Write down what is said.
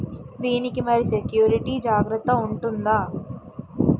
దీని కి మరి సెక్యూరిటీ జాగ్రత్తగా ఉంటుందా?